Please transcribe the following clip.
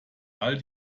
all